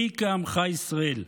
מי כעמך ישראל.